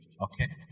Okay